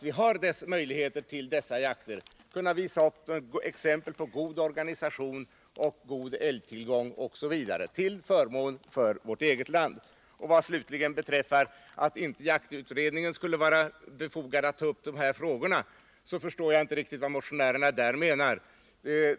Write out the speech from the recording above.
Vid dessa jakter kan vi visa upp god organisation, god älgtillgång osv. — till förmån för vårt eget land. Vad slutligen beträffar uttalandet att inte jaktutredningen skulle ha befogenheter att ta upp dessa frågor förstår jag inte riktigt vad motionärerna menar.